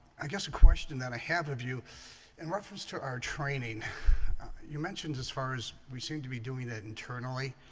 i guess a question that i have of you and reference to our training you mentioned as far as we seem to be doing it internally